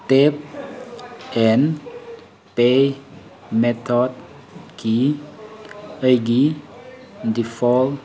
tap and pay ꯃꯦꯊꯠꯀꯤ ꯑꯩꯒꯤ default